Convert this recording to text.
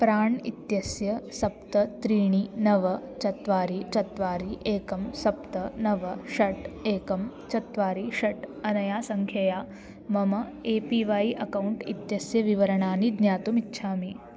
प्राण् इत्यस्य सप्त त्रीणि नव चत्वारि चत्वारि एकं सप्त नव षट् एकं चत्वारि षट् अनया सङ्ख्यया मम ए पी वै अकौण्ट् इत्यस्य विवरणानि ज्ञातुम् इच्छामि